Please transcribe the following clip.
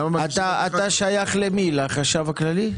אתה שייך למי, לחשב הכללי?